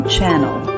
Channel